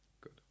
Good